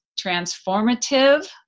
transformative